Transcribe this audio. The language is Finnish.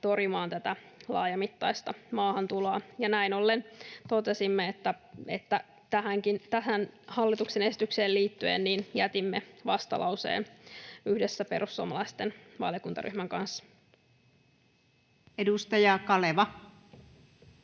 torjumaan tätä laajamittaista maahantuloa. Näin ollen totesimme, että tähän hallituksen esitykseen liittyen jätämme vastalauseen yhdessä perussuomalaisten valiokuntaryhmän kanssa. Edustaja Kaleva